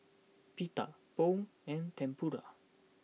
Pita Pho and Tempura